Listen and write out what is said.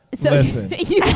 Listen